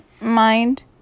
mind